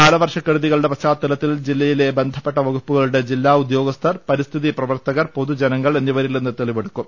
കാലവർഷക്കെടുതികളുടെ പശ്ചാത്തലത്തിൽ ജില്ലയിലെ ബന്ധപ്പെട്ട വകുപ്പുകളുടെ ജില്ലാ ഉദ്യോഗ സ്ഥർ പരിസ്ഥിതി പ്രവർത്തകർ പൊതുജനങ്ങൾ എന്നിവരിൽ നിന്ന് തെളി വെടുക്കും